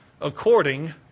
according